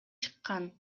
чыккан